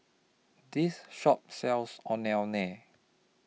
This Shop sells Ondeh Ondeh